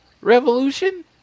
Revolution